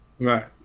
Right